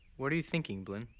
what are you thinking, blynn?